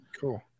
Cool